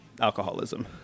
alcoholism